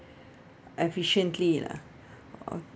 efficiently lah oh